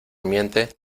miente